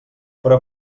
però